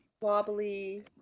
wobbly